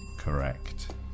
Correct